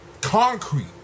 concrete